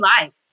lives